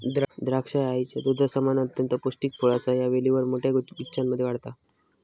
द्राक्षा ह्या आईच्या दुधासमान अत्यंत पौष्टिक फळ असा ह्या वेलीवर मोठ्या गुच्छांमध्ये वाढता